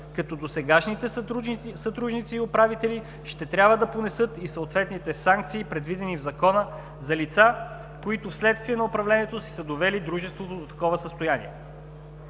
като досегашните съдружници и управители ще трябва да понесат и съответните санкции, предвидени в Закона за лица, които вследствие на управлението си са довели дружеството до такова състояние.